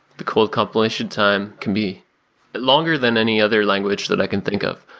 the cold compilation time can be longer than any other language that i can think of.